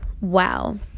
Wow